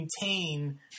maintain